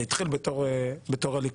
הממשלה התחילה בתור הליכוד.